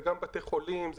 זה גם בתי חולים,